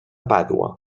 pàdua